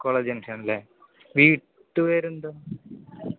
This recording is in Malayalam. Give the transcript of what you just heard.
കോളേജ് ജംഗ്ഷനല്ലെ വീട്ടു പേരെന്താണ്